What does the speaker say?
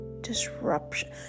Disruption